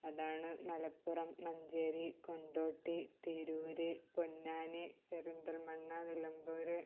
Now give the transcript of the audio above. അതാണ് മലപ്പുറം മഞ്ചേരി കൊണ്ടോട്ടി തിരൂർ പൊന്നാനി പെരിന്തൽമണ്ണ നിലമ്പൂർ